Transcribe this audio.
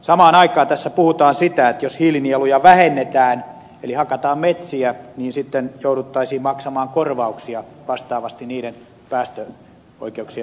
samaan aikaan tässä puhutaan sitä että jos hiilinieluja vähennetään eli hakataan metsiä niin sitten jouduttaisiin maksamaan korvauksia vastaavasti niiden päästöoikeuksien vähentymisestä